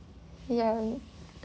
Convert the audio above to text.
ya